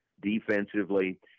defensively